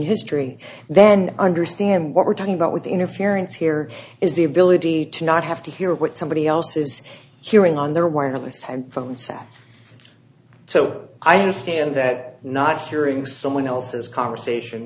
history then understand what we're talking about with interference here is the ability to not have to hear what somebody else is hearing on their wireless headphones at so i understand that not hearing someone else's conversation